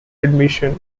admission